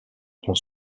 prend